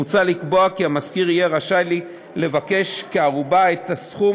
מוצע לקבוע כי המשכיר יהיה רשאי לבקש כערובה את הסכום